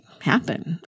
happen